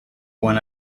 when